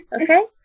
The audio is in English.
Okay